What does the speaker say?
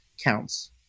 counts